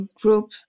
group